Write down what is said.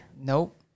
Nope